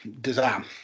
design